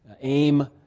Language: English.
aim